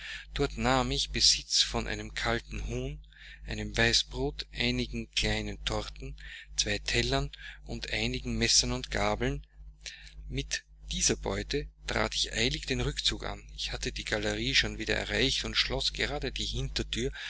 dort nahm ich besitz von einem kalten huhn einem weißbrot einigen kleinen torten zwei tellern und einigen messern und gabeln mit dieser beute trat ich eilig den rückzug an ich hatte die galerie schon wieder erreicht und schloß gerade die hinterthür